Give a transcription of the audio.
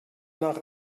nach